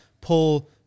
pull